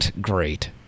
great